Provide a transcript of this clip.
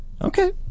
okay